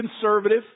conservative